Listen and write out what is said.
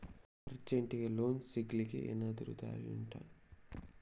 ಅರ್ಜೆಂಟ್ಗೆ ಲೋನ್ ಸಿಗ್ಲಿಕ್ಕೆ ಎನಾದರೂ ದಾರಿ ಉಂಟಾ